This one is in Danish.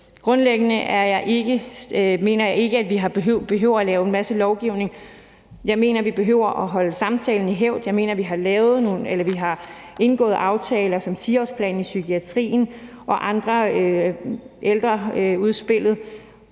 Grundlæggende mener jeg ikke, at vi behøver at lave en masse lovgivning. Jeg mener, vi behøver at holde samtalen i hævd. Jeg mener, at vi har indgået aftaler som 10-årsplanen for psykiatrien, ældreudspillet